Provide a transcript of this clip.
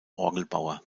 orgelbauer